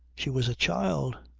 she was a child.